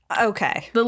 Okay